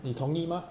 你同意吗